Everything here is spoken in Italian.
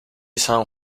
san